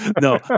No